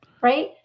Right